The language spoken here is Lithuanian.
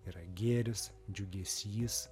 yra gėris džiugesys